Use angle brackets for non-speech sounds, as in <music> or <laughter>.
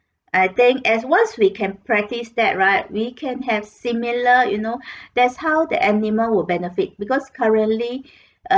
I think as once we can practice that right we can have similar you know <breath> that's how the animal will benefit because currently <breath>